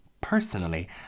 Personally